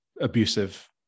abusive